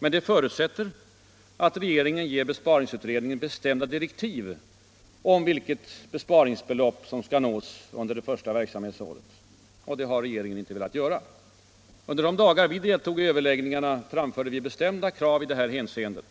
Men det förutsätter att regeringen ger besparingsutredningen bestämda direktiv om vilka besparingar som skall åstadkommas under det första verksamhetsåret. Det har regeringen inte velat göra. Under de dagar vi deltog i överläggningarna framförde vi bestämda krav i det hänseendet.